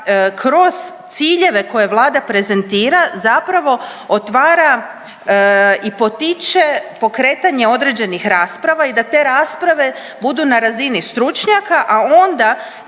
kroz ciljeve koje Vlada prezentira zapravo otvara i potiče pokretanje određenih rasprava i te rasprave budu na razini stručnjaka, a onda